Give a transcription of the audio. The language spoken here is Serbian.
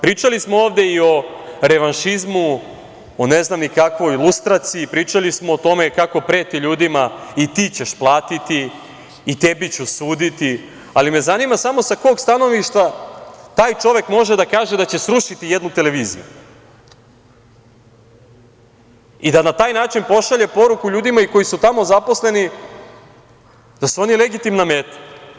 Pričali smo ovde i o revanšizmu, o ne znam ni kakvoj lustraciji, pričali smo o tome kako prete ljudima - i ti ćeš platiti, i tebi ću suditi, ali me zanima sa kog stanovišta taj čovek može da kaže da će srušiti jednu televiziju i da na taj način pošalje poruku ljudima i koji su tamo zaposleni da su oni legitimna meta?